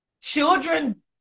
Children